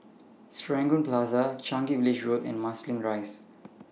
Serangoon Plaza Changi Village Road and Marsiling Rise